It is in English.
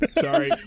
Sorry